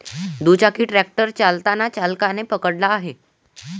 दुचाकी ट्रॅक्टर चालताना चालकाने पकडला आहे